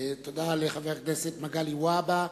תודה לחבר הכנסת מגלי והבה.